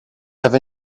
have